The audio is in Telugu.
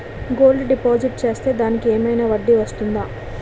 గోల్డ్ డిపాజిట్ చేస్తే దానికి ఏమైనా వడ్డీ వస్తుందా?